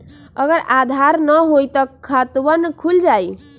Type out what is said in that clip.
अगर आधार न होई त खातवन खुल जाई?